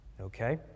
okay